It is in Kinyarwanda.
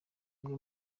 umwe